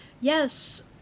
Yes